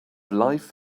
life